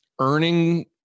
earning